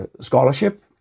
scholarship